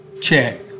Check